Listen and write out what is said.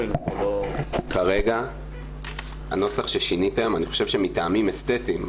כרגע הנוסח ששיניתם אני חושב שמטעמים אסתטיים,